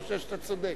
דקות.